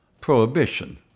prohibition